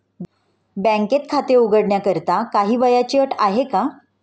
बँकेत खाते उघडण्याकरिता काही वयाची अट आहे का?